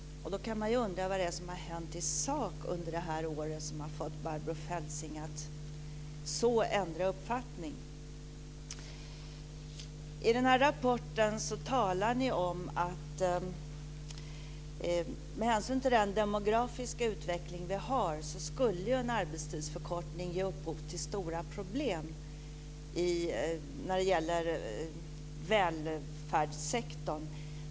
Då kan man ju undra vad det är som har hänt i sak under det här året som har fått Barbro Feltzing att så ändra uppfattning. I den här rapporten så talar ni om att en arbetstidsförkortning med hänsyn till den demografiska utveckling som vi har skulle ge upphov till stora problem när det gäller välfärdssektorn.